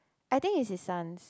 I think is his sons